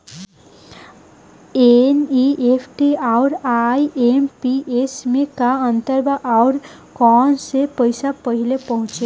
NEFT आउर IMPS मे का अंतर बा और आउर कौना से पैसा पहिले पहुंचेला?